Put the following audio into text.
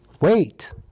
Wait